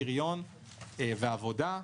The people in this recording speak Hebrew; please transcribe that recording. פריון ועבודה.